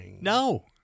no